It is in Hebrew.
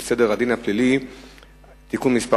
לתיקון פקודת הסטטיסטיקה (מס'